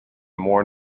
more